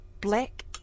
Black